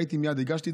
שכשראיתי מייד הגשתי,